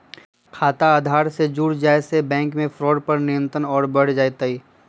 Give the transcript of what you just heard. खाता आधार से जुड़ जाये से बैंक मे फ्रॉड पर नियंत्रण और बढ़ जय तय